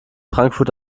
frankfurt